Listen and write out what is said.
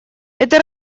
это